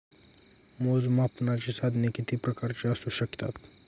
मोजमापनाची साधने किती प्रकारची असू शकतात?